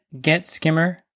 getskimmer